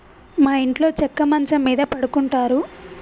మా ఇంట్లో చెక్క మంచం మీద పడుకుంటారు